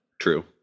True